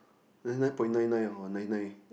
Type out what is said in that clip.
ninety nine point nine nine or nine nine